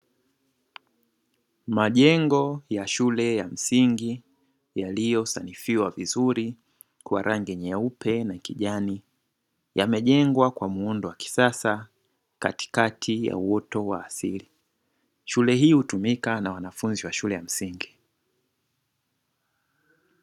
Majengo ya shule za msingi yaliyo sanifiwa vizuri kwa rangi nyeupe na kijani, yamejengwa kwa muundo wa kisasa katikati ya uoto wa asili. Shule hii hutumika na wanafunzi wa shule ya msingi.